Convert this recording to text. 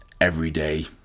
everyday